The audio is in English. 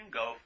go